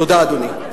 תודה, אדוני.